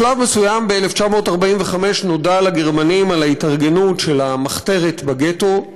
בשלב מסוים ב-1945 נודע לגרמנים על ההתארגנות של המחתרת בגטו,